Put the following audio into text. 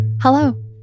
Hello